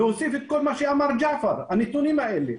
, ונוסיף את כל מה שאמר ג'עפר, הנתונים האלה.